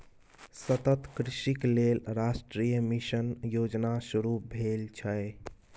सतत कृषिक लेल राष्ट्रीय मिशन योजना शुरू भेल छै